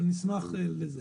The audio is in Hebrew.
אבל נשמח לראות.